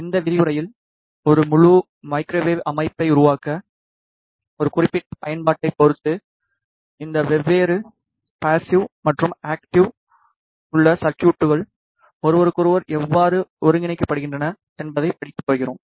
இந்த விரிவுரையில் ஒரு முழு மைக்ரோவேவ் அமைப்பை உருவாக்க ஒரு குறிப்பிட்ட பயன்பாட்டைப் பொறுத்து இந்த வெவ்வேறு பாஸ்ஸிவ் மற்றும் ஆக்ட்டிவ் உள்ள சர்க்யூட்கள் ஒருவருக்கொருவர் எவ்வாறு ஒருங்கிணைக்கப்படுகின்றன என்பதைப் படிக்கப் போகிறோம்